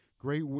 Great